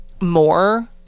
more